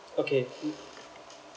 okay mm